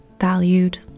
valued